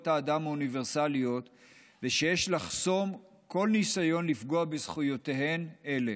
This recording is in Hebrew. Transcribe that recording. האדם האוניברסליות ובכך שיש לחסום כל ניסיון לפגוע בזכויותיהן אלה.